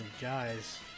guys